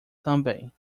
também